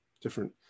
different